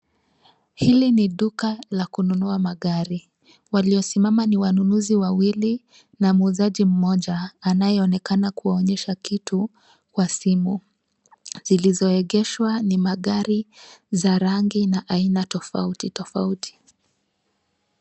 Hili ni duka la kununua magari. Waliosimama ni wanunuzi wawili na muuzaji mmoja anayeonekana kuwaonyesha kitu kwa simu. Zilizoegeshwa ni magari za rangi na aina tofauti tofauti.